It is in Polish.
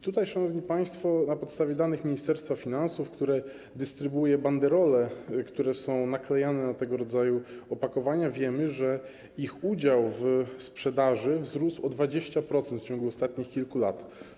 Tutaj, szanowni państwo, na podstawie danych Ministerstwa Finansów, które dystrybuuje banderole, które są naklejane na tego rodzaju opakowania, wiemy, że ich udział w sprzedaży wzrósł o 20% w ciągu ostatnich kilku lat.